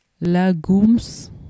Legumes